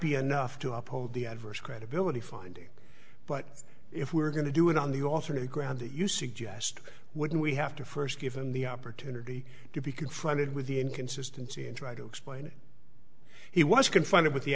be enough to uphold the adverse credibility finding but if we're going to do it on the alternate ground that you suggest wouldn't we have to first given the opportunity to be confronted with the inconsistency and try to explain it he was confronted with the